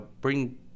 bring